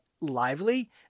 lively